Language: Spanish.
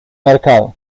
mercado